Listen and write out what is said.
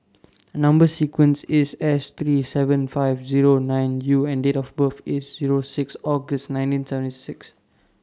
Number sequence IS S three seven five Zero nine U and Date of birth IS Zero six August nineteen seventy six